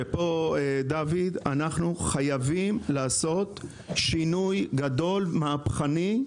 שפה אנחנו חייבים לעשות שינוי גדול ומהפכני.